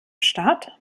start